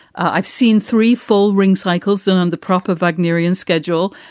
i've seen three full ring cycles in um the proper bagneris schedule.